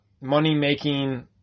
money-making